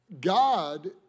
God